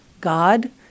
God